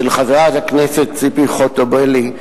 של חברת הכנסת ציפי חוטובלי,